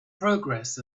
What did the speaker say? progress